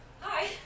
hi